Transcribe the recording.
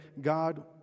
God